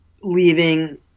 leaving